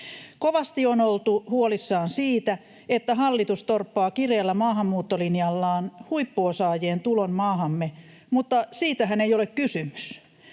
Kovasti on oltu huolissaan siitä, että hallitus torppaa kireällä maahanmuuttolinjallaan huippuosaajien tulon maahamme, mutta siitähän ei ole kysymys.